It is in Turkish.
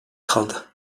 kaldı